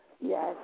Yes